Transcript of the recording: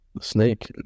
snake